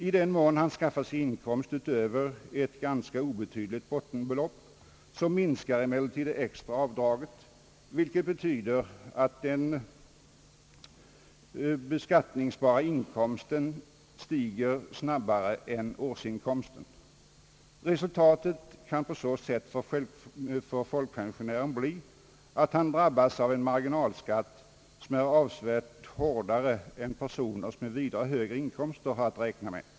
I den mån han skaffar sig inkomst utöver ett ganska obetydligt bottenbelopp, minskar emellertid det extra avdraget, vilket betyder att den beskattningsbara inkomsten stiger snabbare än årsinkomsten. Resultatet kan på så sätt för folkpensionären bli att han drabbas av en marginalskatt, som är avsevärt hårdare än vad personer med vida högre inkomster har att räkna med.